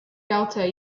delta